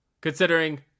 considering